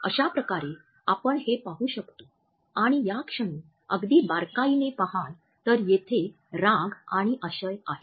अशा प्रकारे आपण हे पाहू शकतो आणि या क्षणी अगदी बारकाईने पहाल तर येथे राग आणि आशय आहेत